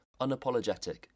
Unapologetic